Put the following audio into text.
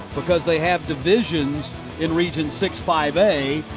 because they have divisions in region six five a.